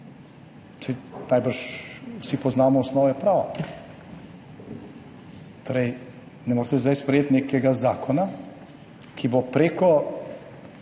Saj najbrž vsi poznamo osnove prava. Torej ne morete zdaj sprejeti nekega zakona, ki bo preko